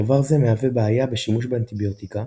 דבר זה מהווה בעיה בשימוש באנטיביוטיקה,